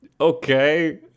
okay